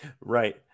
right